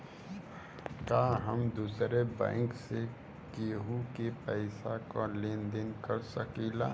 का हम दूसरे बैंक से केहू के पैसा क लेन देन कर सकिला?